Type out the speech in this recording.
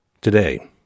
today